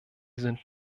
sind